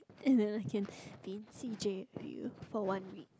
and then I can be in C_J with you for one week